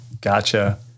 gotcha